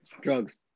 Drugs